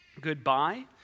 Goodbye